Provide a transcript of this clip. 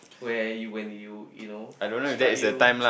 where you when you you know strike you